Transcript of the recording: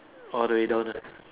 all the way down uh